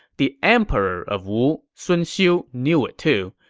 the emperor of wu, sun xiu, knew it, too.